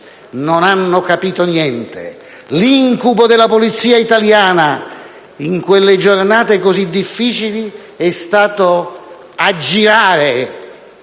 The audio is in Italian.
Non hanno capito niente. L'incubo della Polizia italiana, in quelle giornate così difficili, è stato aggirare